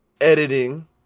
editing